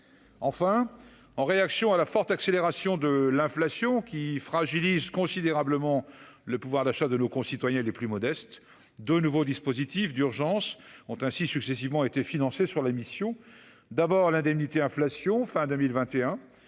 enfin, en réaction à la forte accélération de l'inflation qui fragilise considérablement le pouvoir d'achat de nos concitoyens les plus modestes, de nouveaux dispositifs d'urgence ont ainsi successivement été financés sur la mission d'abord l'indemnité inflation fin 2021